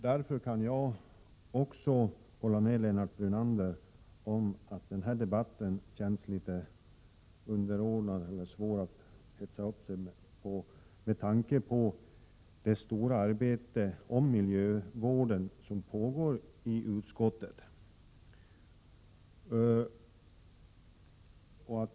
Därför kan jag hålla med Lennart Brunander om att den här debatten känns litet underordnad - eller att det är svårt att hetsa upp sig i den här debatten — med tanke på det stora arbete när det gäller miljövården som pågår i utskottet.